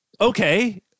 Okay